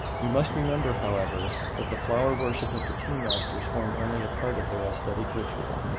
we must remember, however, that the flower-worship of the tea-masters formed only a part of their aesthetic ritual,